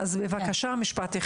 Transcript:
כן.